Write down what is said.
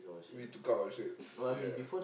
we took out our shirts ya